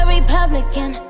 Republican